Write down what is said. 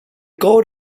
coat